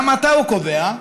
גם עתה, הוא קובע,